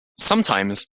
sometimes